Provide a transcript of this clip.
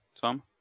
tom